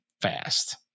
fast